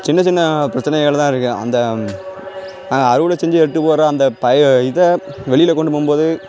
சின்ன சின்ன பிரச்சனைகள்தான் இருக்குது அந்த நாங்கள் அறுவடை செஞ்சு எட்டு போகிற அந்த பை இதை வெளியில் கொண்டு போகும்போது